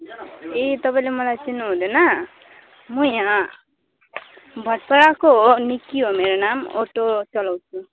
ए तपाईँले मलाई चिन्नुहुँदैन म यहाँ भातपाडाको हो निक्की हो मेरो नाम अटो चलाउँछु